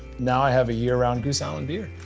now i have a year-round goose island beer,